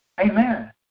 Amen